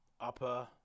upper